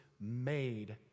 made